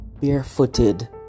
barefooted